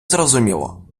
зрозуміло